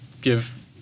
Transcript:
give